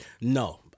no